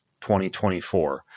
2024